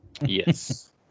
yes